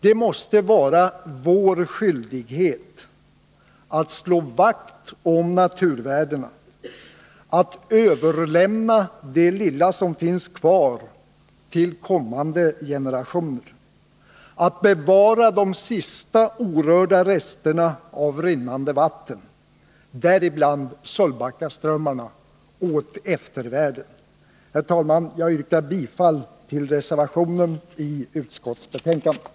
Det måste vara vår skyldighet att slå vakt om naturvärdena, att överlämna det lilla som finns kvar till kommande generationer, att bevara de sista orörda resterna av rinnande vatten, däribland Sölvbackaströmmarna, åt eftervärlden. s Herr talman! Jag yrkar bifall till reservationen vid utskottsbetänkandet.